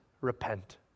repent